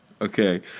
Okay